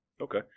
Okay